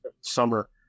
summer